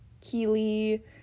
Keely